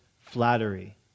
flattery